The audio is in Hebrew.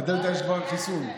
לדלתא יש כבר חיסון.